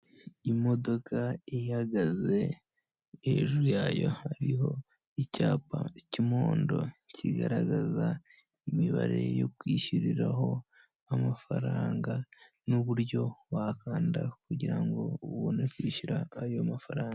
Imodoka ihagaze hejuru yayo hariho icyapa cy'umuhondo kigaragaza imibare yo kwishyiriraho amafaranga n'uburyo wakanda kugirango ubone kwishyura ayo mafaranga.